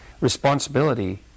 responsibility